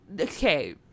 okay